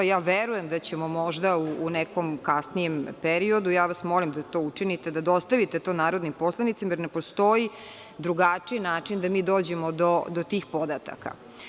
Ja verujem da ćemo možda u nekom kasnijem periodu, ja vas molim da to učinite, da dostavite to narodnim poslanicima, jer ne postoji drugačiji način da mi dođemo do tih podataka.